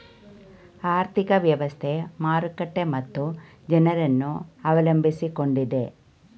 ಆರ್ಥಿಕ ವ್ಯವಸ್ಥೆ, ಮಾರುಕಟ್ಟೆ ಮತ್ತು ಜನರನ್ನು ಅವಲಂಬಿಸಿಕೊಂಡಿದೆ